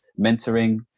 mentoring